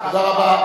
תודה רבה.